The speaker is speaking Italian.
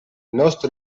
nostro